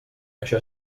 això